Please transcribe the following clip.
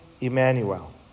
Emmanuel